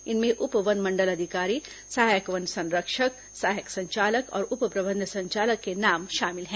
इनमें उप वनमंडलाधिकारी सहायक वन संरक्षक सहायक संचालक और उप प्रबंध संचालक के नाम शामिल हैं